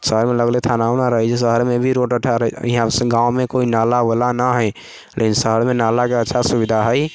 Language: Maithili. शहरमे लगले थाना उना रहै छै शहरमे भी रोडपर ठाढ़ यहाँ गाँवमे कोइ नाला उला नहि हइ लेकिन शहरमे नालाके अच्छा सुविधा हइ